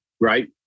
Right